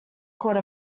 called